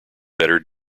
better